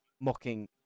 mocking